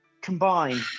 combine